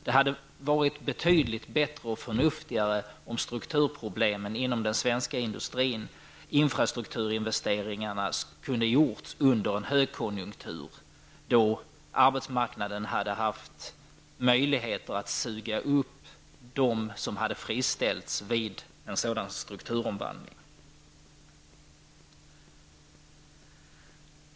Det hade varit betydligt bättre och förnuftigare om infrastrukturinvesteringarna hade gjorts under en högkonjuktur, då arbetsmarknaden hade haft möjligheter att suga upp dem som hade friställts vid en sådan strukturomvandling.